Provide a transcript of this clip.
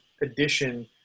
addition